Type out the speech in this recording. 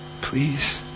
Please